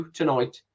tonight